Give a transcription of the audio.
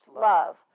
love